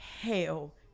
hell